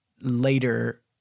later